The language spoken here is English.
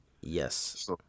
Yes